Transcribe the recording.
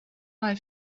mal